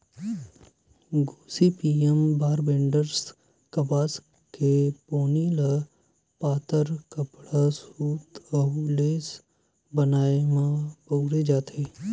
Gossypium barbadense कपसा के पोनी ल पातर कपड़ा, सूत अउ लेस बनाए म बउरे जाथे